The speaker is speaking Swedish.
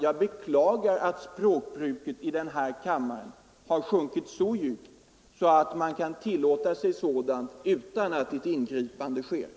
Jag beklagar att språkbruket i kammaren har sjunkit så djupt att man kan tillåta sig sådant utan att ett ingripande sker.